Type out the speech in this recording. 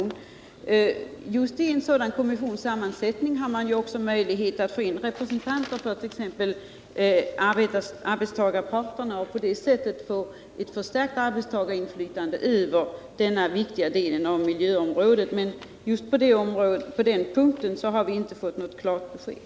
När man sammansätter en sådan kommission har man ju möjlighet att få in representanter för bl.a. arbetstagarparterna och på det sättet få ett förstärkt arbetstagarinflytande över denna viktiga del av miljöområdet. På den punkten har vi inte fått något klart besked.